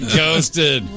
ghosted